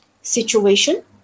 situation